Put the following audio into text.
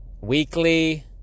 weekly